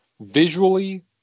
visually